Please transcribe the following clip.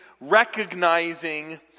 recognizing